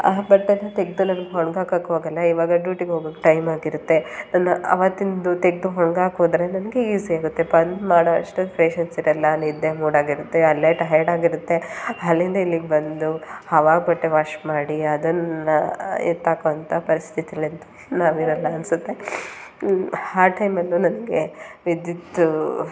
ಆ ಬಟ್ಟೆನ ತೆಗೆದು ನಮ್ಗೆ ಒಣ್ಗಾಕೋಕೂ ಆಗೋಲ್ಲ ಇವಾಗ ಡ್ಯೂಟಿಗೆ ಹೋಗಕ್ ಟೈಮ್ ಆಗಿರುತ್ತೆ ಅವತ್ತಿಂದು ತೆಗೆದು ಒಣ್ಗಾಕೋದ್ರೆ ನಮಗೆ ಈಝಿ ಆಗುತ್ತೆ ಬಂದು ಮಾಡುವಷ್ಟು ಫೇಶನ್ಸ್ ಇರೋಲ್ಲ ನಿದ್ದೆ ಮೂಡಾಗಿ ಇರುತ್ತೆ ಅಲ್ಲೇ ಟಯರ್ಡ್ ಆಗಿರುತ್ತೆ ಅಲ್ಲಿಂದ ಇಲ್ಲಿಗೆ ಬಂದು ಅವಾಗ ಬಟ್ಟೆ ವಾಶ್ ಮಾಡಿ ಅದನ್ನು ಎತ್ತಾಕೋಂಥ ಪರಿಸ್ತಿತಿಲಿ ಅಂತೂ ನಾವಿರೋಲ್ಲ ಅನಿಸುತ್ತೆ ಆ ಟೈಮಲ್ಲೂ ನನಗೆ ವಿದ್ಯುತ್ತು